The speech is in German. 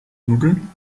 nudeln